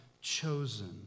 chosen